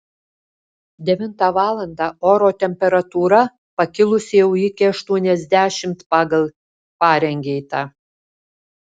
devintą valandą oro temperatūra pakilusi jau iki aštuoniasdešimt pagal farenheitą